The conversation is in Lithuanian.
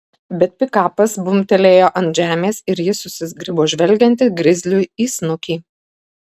bet pikapas bumbtelėjo ant žemės ir ji susizgribo žvelgianti grizliui į snukį